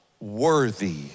worthy